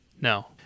No